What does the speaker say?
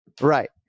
Right